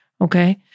Okay